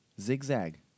Zigzag